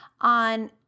on